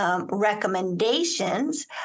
Recommendations